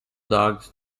dogs